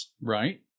Right